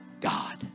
God